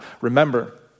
remember